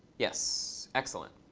yes. excellent.